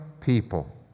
people